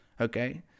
Okay